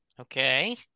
Okay